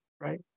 right